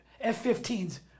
F-15s